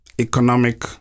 economic